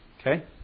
Okay